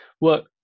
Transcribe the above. work